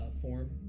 form